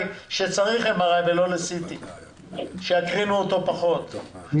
ולא נפגעה זכות של אף ילד,